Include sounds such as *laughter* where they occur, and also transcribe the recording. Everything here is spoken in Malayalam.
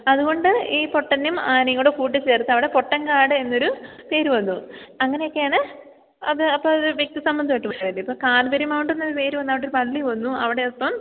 അത്കൊണ്ട് ഈ പൊട്ടനും ആനയെയുംകൂടെ കൂട്ടിച്ചേര്ത്തവിടെ പൊട്ടൻകാട് എന്നൊരു പേര് വന്നു അങ്ങനെയൊക്കെയാണ് അത് അപ്പം ഒരു വ്യക്തി സംബന്ധമായിട്ട് *unintelligible* ഇപ്പം കാല്വരി മൗണ്ടെന്ന് പേര് വന്നുകൊണ്ട് പള്ളി വന്നു അവിടെ അപ്പം